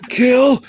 kill